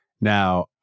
Now